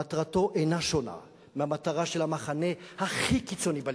מטרתו אינה שונה מהמטרה של המחנה הכי קיצוני בליכוד,